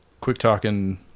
quick-talking